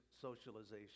socialization